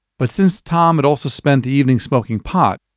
but since tom had also spent the evening smoking pot,